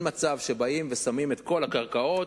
אין מצב שבאים ושמים את כל הקרקעות,